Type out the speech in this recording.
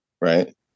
right